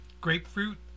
grapefruit